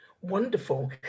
wonderful